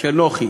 של נוחי.